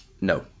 No